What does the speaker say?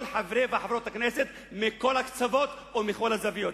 חברי וחברות הכנסת מכל הקצוות ומכל הזוויות.